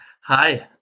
Hi